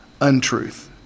untruth